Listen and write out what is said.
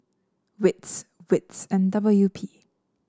WITS WITS and W U P